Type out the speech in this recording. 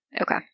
Okay